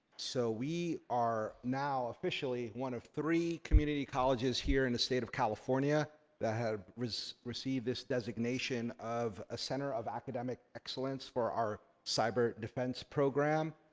so we are now officially one of three community colleges here in the state of california that have received this designation of a center of academic excellence for our cyber defense program.